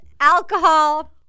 alcohol